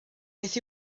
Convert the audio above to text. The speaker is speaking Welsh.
beth